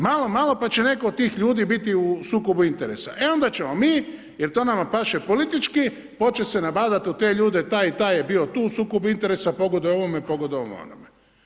Malo malo pa će netko od tih ljudi biti u sukobu interesa, e onda ćemo mi, jer to nama paše politički, počet se nabadat u te ljude, taj i taj je bio tu u sukobu interesa, pogodovao ovome, pogodovao onome.